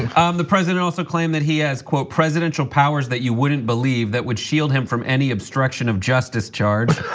um the president also claimed that he has quote, presidential powers that you wouldn't believe that would shield him from any obstruction of justice charge.